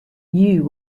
you